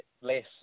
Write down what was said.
less